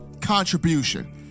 contribution